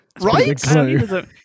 Right